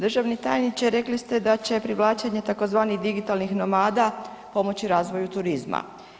Državni tajniče, rekli ste da će privlačenje tzv. digitalnih nomada pomoći razvoju turizma.